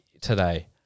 today